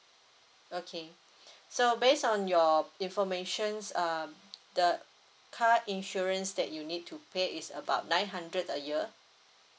okay so based on your informations um the car insurance that you need to pay is about nine hundred a year